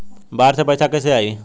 बाहर से पैसा कैसे आई?